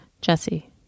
Jesse